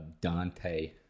Dante